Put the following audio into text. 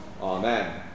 Amen